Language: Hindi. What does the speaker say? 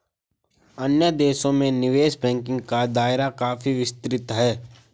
अन्य देशों में निवेश बैंकिंग का दायरा काफी विस्तृत है